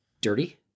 dirty